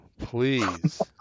Please